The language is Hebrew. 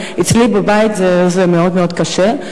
אצלי בבית זה מאוד מאוד קשה.